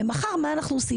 ומחר מה אנחנו עושים?